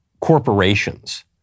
corporations